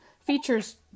features